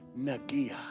Nagia